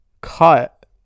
cut